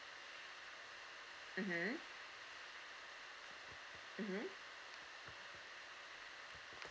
mmhmm mmhmm